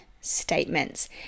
statements